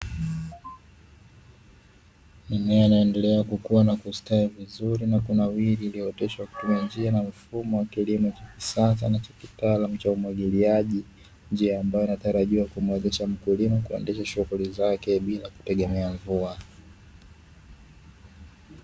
Mimea inayoendelea kukuwa na kustawi vizuri na kunawiri iliyooteshwa kutuma njia na mifumo ya kilimo cha kisasa na cha kitaalam cha umwagiliaji, njia ambayo inatarajiwa kumwezesha mkulima kuendesha shughuli zake bila kutegemea mvua.